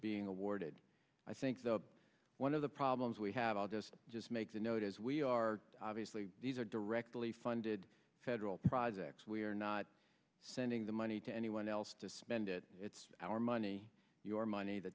being awarded i think the one of the problems we have i'll just just make the note as we are obviously these are directly funded federal projects we are not sending the money to anyone else to spend it it's our money your money the